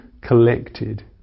collected